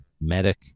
medic